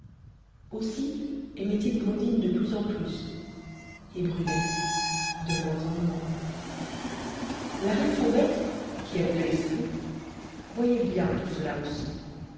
aussi aimait il blondine de plus en plus et brunette de moins en moins la reine fourbette qui avait de l'esprit voyait bien tout cela aussi